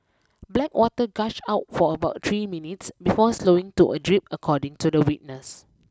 black water gushed out for about three minutes before slowing to a drip according to the witness